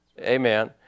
Amen